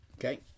Okay